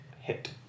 hit